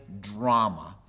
drama